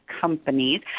companies